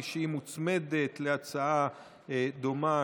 שהיא מוצמדת להצעה דומה,